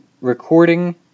recording